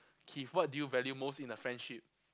Keith what do you value most in a friendship